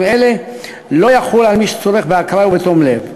אלה לא יחול על מי שצורך באקראי ובתום לב.